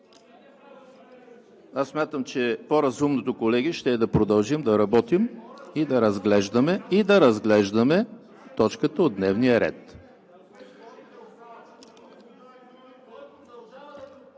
Смятам, че по-разумното, колеги, е да продължим да работим и да разглеждаме точката от дневния ред.